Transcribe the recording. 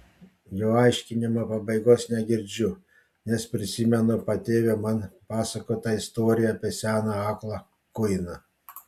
jo aiškinimo pabaigos negirdžiu nes prisimenu patėvio man pasakotą istoriją apie seną aklą kuiną